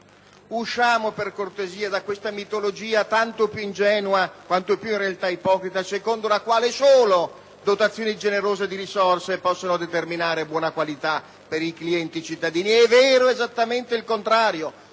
Usciamo, per cortesia, da questa mitologia tanto più ingenua quanto più in realtà ipocrita, secondo la quale solo dotazioni generose di risorse possono determinare buona qualità per i clienti cittadini. È vero esattamente il contrario: